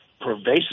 pervasive